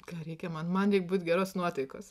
ką reikia man man reik būt geros nuotaikos